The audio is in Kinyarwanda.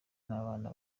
n’abana